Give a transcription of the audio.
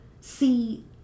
see